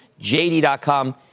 JD.com